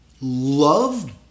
love